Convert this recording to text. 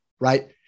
right